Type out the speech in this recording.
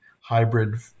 hybrid